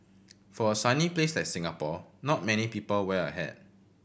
for a sunny place like Singapore not many people wear a hat